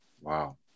Wow